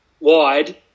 wide